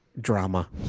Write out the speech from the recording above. drama